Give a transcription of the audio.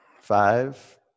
Five